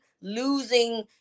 losing